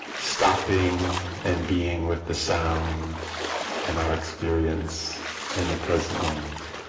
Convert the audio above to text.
stopping and being with the sound and our experience in the present moment